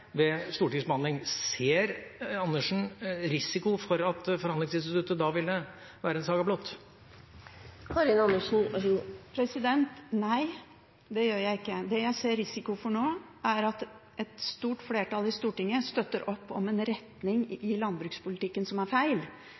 ved stortingsbehandling? Ser Andersen en risiko for at forhandlingsinstituttet da ville være en saga blott? Nei, det gjør jeg ikke. Det jeg ser en risiko for nå, er at et stort flertall i Stortinget støtter opp om en retning i landbrukspolitikken som er feil.